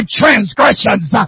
transgressions